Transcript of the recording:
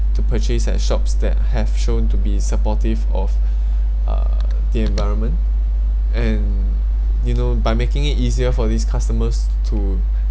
to purchase at shops that have shown to be supportive of uh the environment and you know by making it easier for these customers to